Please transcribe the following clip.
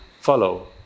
follow